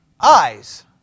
eyes